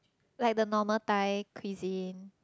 like the normal Thai Cuisine